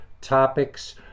topics